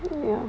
ya